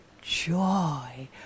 joy